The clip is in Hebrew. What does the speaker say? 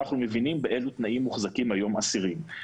כשאנחנו מבינים באילו תנאים מוחזקים היום האסירים.